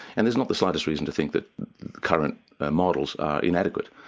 and there's not the slightest reason to think that current models are inadequate.